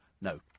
no